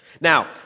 Now